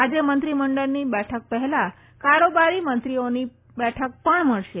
આજે મંત્રીમંડળની બેઠક પજેલાં કારોબારી મંત્રીઓની બેઠક પર મળશે